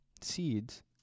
seeds